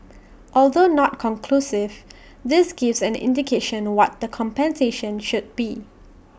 although not conclusive this gives an indication what the compensation should be